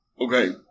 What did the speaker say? Okay